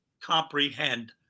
comprehend